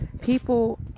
people